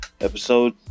episode